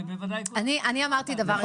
אני אמרתי דבר אחד.